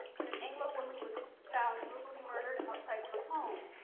when an anglo woman was found brutally murdered outside her home,